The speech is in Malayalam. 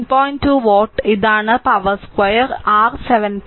2 വാട്ട് ഇതാണ് പവർ സ്ക്വയർ r 7